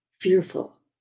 fearful